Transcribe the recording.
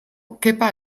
kepa